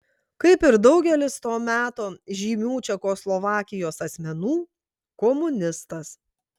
kaip ir daugelis to meto žymių čekoslovakijos asmenų komunistas